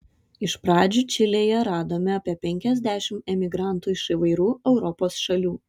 iš pradžių čilėje radome apie penkiasdešimt emigrantų iš įvairių europos šalių